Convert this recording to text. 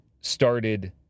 started